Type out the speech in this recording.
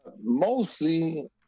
Mostly